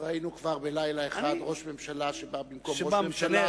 ראינו כבר בלילה אחד ראש ממשלה שבא במקום ראש ממשלה,